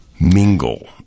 Mingle